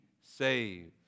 saved